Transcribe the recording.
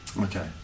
Okay